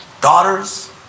daughters